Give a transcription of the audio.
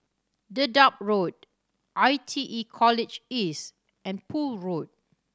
Dedap Road I T E College East and Poole Road